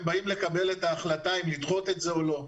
באים לקבל את ההחלטה אם לדחות את זה או לא.